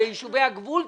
ביישובי הגבול,